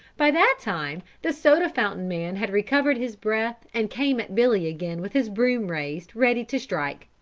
by that time the soda-fountain man had recovered his breath and came at billy again with his broom raised ready to strike.